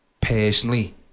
personally